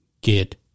get